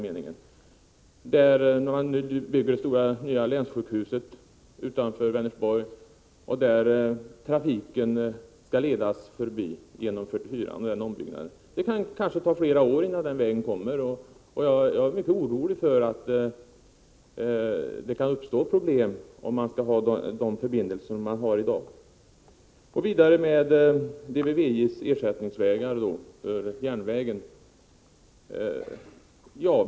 Utanför Vänersborg bygger man ett nytt länssjukhus, som trafiken skall ledas förbi genom ombyggnaden av väg 44. Det kanske tar flera år, innan den vägen blir klar, och jag är mycket oroad för att det kan uppstå problem, om man måste ha kvar de förbindelser som man har i dag. Vidare gäller det ersättningsvägar för järnvägen.